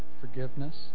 forgiveness